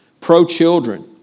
Pro-children